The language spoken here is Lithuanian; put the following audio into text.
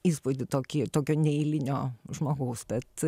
įspūdį tokį tokio neeilinio žmogaus tad